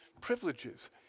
privileges